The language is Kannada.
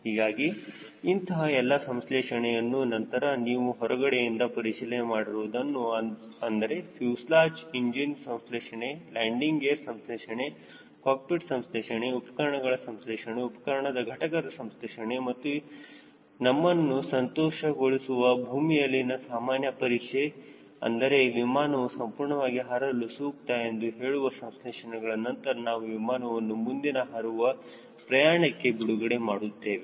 ಹೀಗಾಗಿ ಇಂತಹ ಎಲ್ಲ ಸಂಶ್ಲೇಷಣೆಯ ನಂತರ ನೀವು ಹೊರಗಡೆಯಿಂದ ಪರಿಶೀಲನೆ ಮಾಡಿರುವುದನ್ನು ಅಂದರೆ ಫ್ಯೂಸೆಲಾಜ್ ಇಂಜಿನ್ ಸಂಶ್ಲೇಷಣೆ ಲ್ಯಾಂಡಿಂಗ್ ಗೇರ್ ಸಂಶ್ಲೇಷಣೆ ಕಾಕ್ಪಿಟ್ ಸಂಶ್ಲೇಷಣೆ ಉಪಕರಣಗಳ ಸಂಸ್ಲೇಷಣೆ ಉಪಕರಣದ ಘಟಕದ ಸಂಸ್ಲೇಷಣೆ ಮತ್ತು ನಮ್ಮನ್ನು ಸಂತುಷ್ಟಗೊಳಿಸುವ ಭೂಮಿಯಲ್ಲಿನ ಸಾಮಾನ್ಯ ಪರೀಕ್ಷೆ ಅಂದರೆ ವಿಮಾನವು ಸಂಪೂರ್ಣವಾಗಿ ಹಾರಲು ಸೂಕ್ತ ಎಂದು ಹೇಳುವ ಸಂಸ್ಲೇಷಣೆಗಳ ನಂತರ ನಾವು ವಿಮಾನವನ್ನು ಮುಂದಿನ ಹಾರುವ ಪ್ರಯಾಣಕ್ಕೆ ಬಿಡುಗಡೆ ಮಾಡುತ್ತೇವೆ